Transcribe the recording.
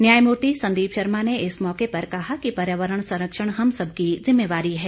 न्यायमूर्ति संदीप शर्मा ने इस मौके पर कहा कि पर्यावरण संरक्षण हम सब की जिम्मेवारी है